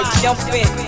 jumping